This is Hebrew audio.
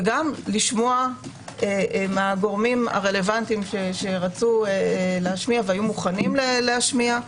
וגם לשמוע מהגורמים הרלוונטיים שרצו להשמיע והיו מוכנים להשמיע,